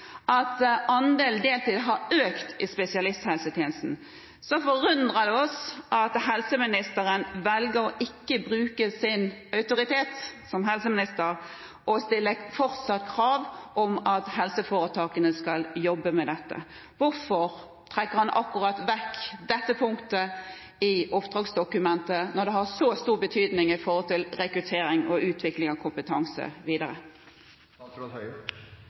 at andelen deltid har økt i spesialisthelsetjenesten – forundrer det oss at helseministeren velger ikke å bruke sin autoritet som helseminister og stille krav om at helseforetakene fortsatt skal jobbe med dette. Hvorfor trekker han vekk akkurat dette punktet i oppdragsdokumentet, når det har så stor betydning for rekruttering og utvikling av kompetanse